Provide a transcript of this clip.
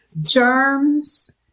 germs